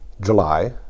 July